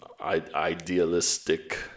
idealistic